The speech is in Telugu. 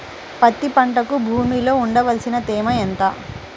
పత్తి పంటకు భూమిలో ఉండవలసిన తేమ ఎంత?